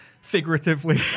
figuratively